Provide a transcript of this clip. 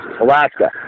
Alaska